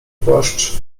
płaszcz